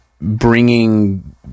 bringing